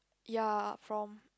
ya from